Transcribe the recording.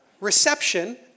reception